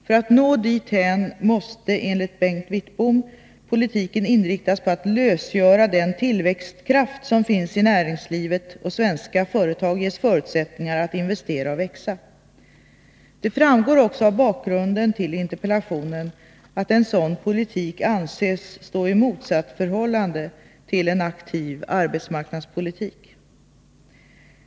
För att nå dithän måste, enligt Bengt Wittbom, politiken inriktas på att lösgöra den tillväxtkraft som finns i näringslivet och svenska företag ges förutsättningar att investera och växa. Det framgår också av bakgrunden till interpellationen att en sådan politik anses stå i motsatsförhållande till en aktiv arbetsmarknadspolitik.